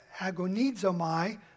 agonizomai